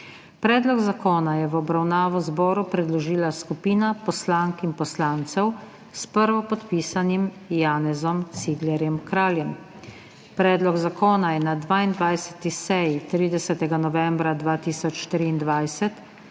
Predlog zakona je v obravnavo zboru predložila skupina poslank in poslancev s prvopodpisanim Janezom Ciglerjem Kraljem. Predlog zakona je na 22. seji 30. novembra 2023